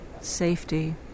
safety